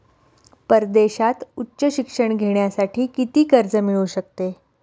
परदेशात उच्च शिक्षण घेण्यासाठी किती कर्ज मिळू शकते?